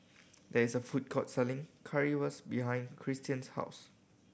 there is a food court selling Currywurst behind Cristian's house